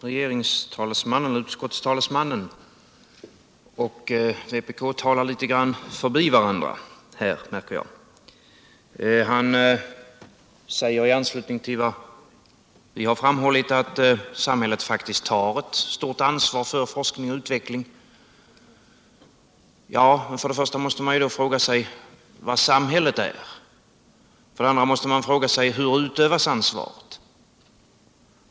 Herr talman! Utskottstalesmannen och vpk talar litet grand förbi varandra här, märker jag. Sven Andersson i Örebro säger i anslutning till vad vi har framhållit att samhället faktiskt tar ett stort ansvar för forskning och utveckling. Ja, men för det första måste man då fråga sig vad samhället är. För det andra måste man fråga: Hur utövas ansvaret?